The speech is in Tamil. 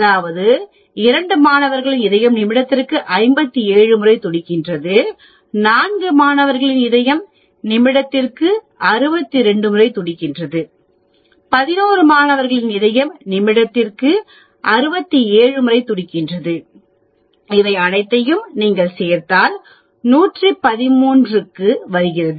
அதாவது 2 மாணவர்களின் இதயம் நிமிடத்திற்கு 57 முறை துடிக்கிறது 4 மாணவர்களின் இதயம் நிமிடத்திற்கு 62 முறை துடிக்கிறது 11 மாணவர்களின் இதயம் நிமிடத்திற்கு 67 முறை துடிக்கிறது இவை அனைத்தையும் நீங்கள் சேர்த்தால் 113 க்கு வருகிறது